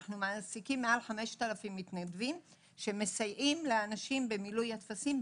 אנחנו מעסיקים מעל 5,000 מתנדבים שמסייעים לאנשים במילוי הטפסים,